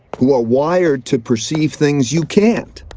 who are wired to perceive things you can't.